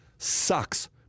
Sucks